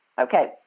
Okay